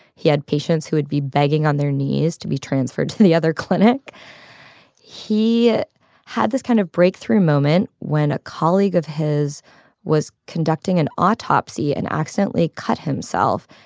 he had patients who would be begging on their knees to be transferred to the other clinic he had this kind of breakthrough moment when a colleague of his was conducting an autopsy and accidentally cut himself.